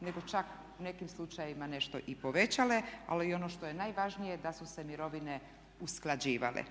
nego čak u nekim slučajevima nešto i povećale ali i ono što je najvažnije da su se mirovine usklađivale.